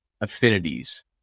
affinities